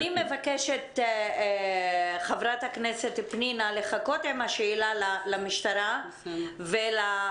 אני מבקשת מחברת הכנסת פנינה לחכות עם השאלה למשטרה ולשב"ס,